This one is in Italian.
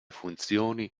funzioni